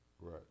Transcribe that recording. right